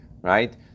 right